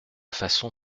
façon